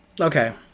Okay